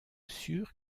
sûr